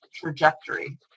trajectory